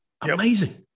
amazing